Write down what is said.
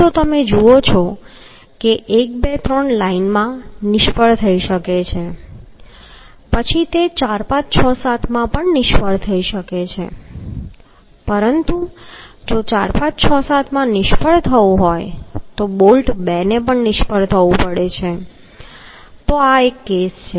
એક તો તમે જુઓ છો કે તે 1 2 3 લાઇનમાં નિષ્ફળ થઈ શકે છે પછી તે 4 5 6 7 માં નિષ્ફળ થઈ શકે છે પરંતુ જો 4 5 6 7 નિષ્ફળ થવું હોય તો બોલ્ટ 2 ને પણ નિષ્ફળ થવું પડે તો આ એક કેસ છે